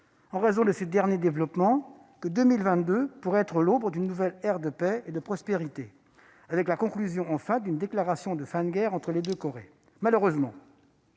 en raison de ces derniers développements, que l'année 2022 serait l'aube d'une nouvelle ère de paix et de prospérité, avec, enfin, une déclaration de fin de la guerre entre les deux Corées. Malheureusement,